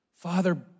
Father